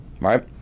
right